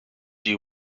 you